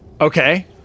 Okay